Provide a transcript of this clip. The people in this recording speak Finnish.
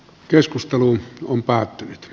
keskustelu on päättynyt